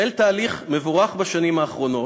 החל תהליך מבורך בשנים האחרונות,